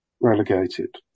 Relegated